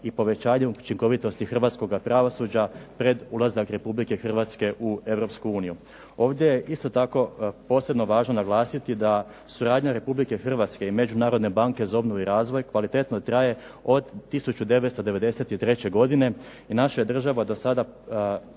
i povećanju učinkovitosti hrvatskoga pravosuđa pred ulazak Republike Hrvatske u Europsku uniju. Ovdje je isto tako posebno važno naglasiti da suradnja Republike Hrvatske i Međunarodne banke za obnovu i razvoj kvalitetno traje od 1993. godine, i naša je država do sada